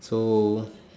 so